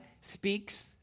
speaks